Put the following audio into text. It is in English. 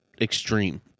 extreme